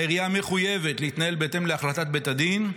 העירייה מחויבת להתנהל בהתאם להחלטת בית הדין,